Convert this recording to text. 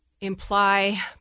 imply